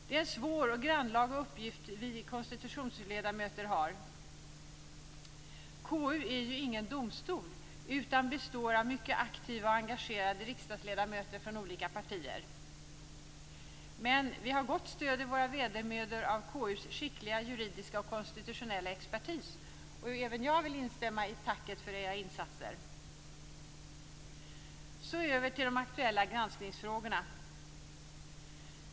Det är en svår och grannlaga uppgift vi KU-ledamöter har. KU är ju ingen domstol utan består av aktiva och engagerade riksdagsledamöter från olika partier. Men vi har gott stöd i våra vedermödor av KU:s skickliga juridiska och konstitutionella expertis. Även jag vill instämma i tacken för era insatser. Så över till de aktuella granskningsfrågorna.